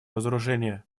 разоружения